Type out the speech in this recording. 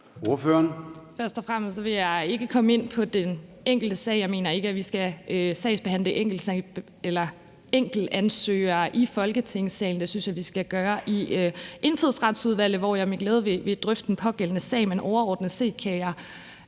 Først og fremmest vil jeg ikke komme ind på den enkelte sag. Jeg mener ikke, at vi skal sagsbehandle enkeltansøgere i Folketingssalen. Det synes jeg vi skal gøre i Indfødsretsudvalget, hvor jeg med glæde vil drøfte den pågældende sag.